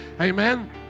Amen